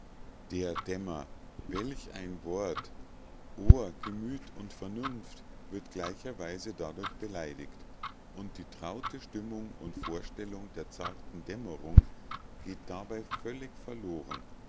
der dämmer welch ein wort ohr gemüt und vernunft wird gleicherweise dadurch beleidigt und die traute stimmung und vorstellung der zarten dämmerung geht dabei völlig verloren